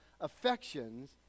affections